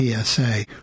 PSA